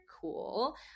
cool